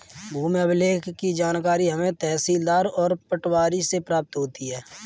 भूमि अभिलेख की जानकारी हमें तहसीलदार और पटवारी से प्राप्त होती है